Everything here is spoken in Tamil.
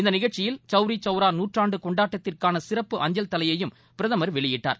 இந்த நிகழ்ச்சியில் சவ்ரி சவ்ரா நூற்றாண்டு கொண்டாட்டத்திற்கான சிறப்பு அஞ்சல் தலையையும் பிரதமர் வெளியிட்டார்